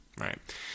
right